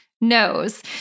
knows